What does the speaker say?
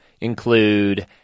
include